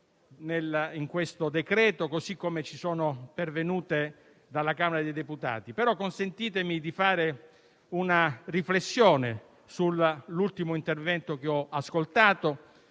in questo decreto così come ci sono pervenute dalla Camera dei deputati, ma consentitemi di fare una riflessione sull'ultimo intervento che ho ascoltato,